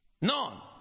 None